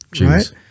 right